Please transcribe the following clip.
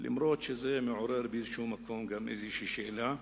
אף-על-פי שזה מעורר באיזה מקום גם איזו שאלה,